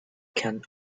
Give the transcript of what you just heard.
can